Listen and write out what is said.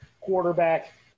quarterback